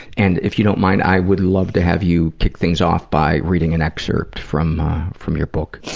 and if you don't mind, i would love to have you kick things off by reading an excerpt from from your book.